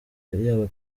yaba